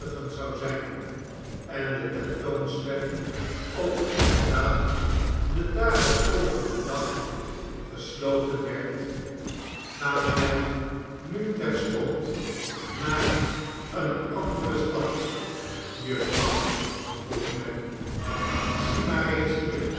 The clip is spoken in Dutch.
zou zijn en de tentoonstelling ook inderdaad den daaropvolgenden dag gesloten werd gaan wij nu terstond naar eene andere stad jufvrouw vroeg nelly zie maar eens hier